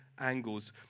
angles